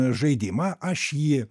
žaidimą aš jį